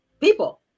people